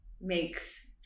makes